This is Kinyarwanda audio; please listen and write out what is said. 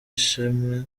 ishimwe